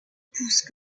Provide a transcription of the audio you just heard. pousse